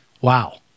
Wow